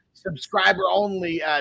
subscriber-only